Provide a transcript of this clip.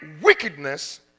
wickedness